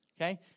Okay